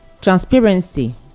transparency